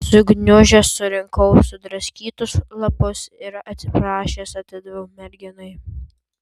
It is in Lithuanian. sugniužęs surinkau sudraskytus lapus ir atsiprašęs atidaviau merginai